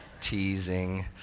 teasing